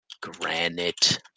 granite